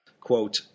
Quote